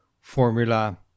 formula